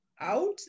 out